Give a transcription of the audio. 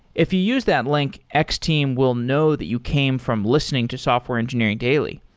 if you use that link, x-team will know that you came from listening to software engineering daily.